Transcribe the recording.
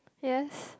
yes